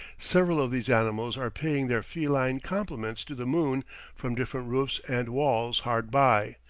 several of these animals are paying their feline compliments to the moon from different roofs and walls hard by,